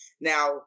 Now